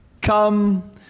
come